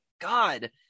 God